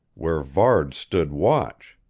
where varde stood watch.